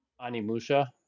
Animusha